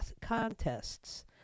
contests